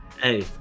Hey